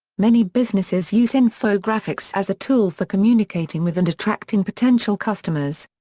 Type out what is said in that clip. many businesses use infographics as a tool for communicating with and attracting potential customers.